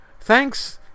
thanks